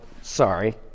sorry